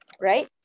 right